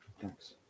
Thanks